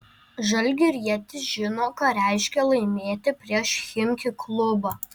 žalgirietis žino ką reiškia laimėti prieš chimki klubą